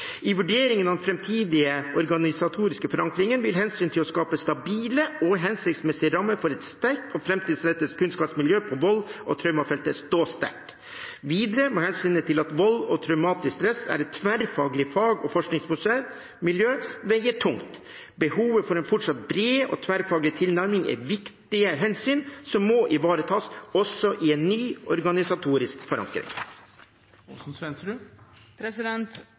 I vurderingen av den framtidige organisatoriske forankringen vil hensynet til å skape stabile og hensiktsmessige rammer for et sterkt og framtidsrettet kunnskapsmiljø på volds- og traumefeltet stå sterkt. Videre må hensynet til at vold og traumatisk stress er et tverrfaglig fag- og forskningsmiljø, veie tungt. Behovet for en fortsatt bred og tverrfaglig tilnærming er viktige hensyn som må ivaretas også i en ny organisatorisk